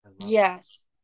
Yes